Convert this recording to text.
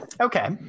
okay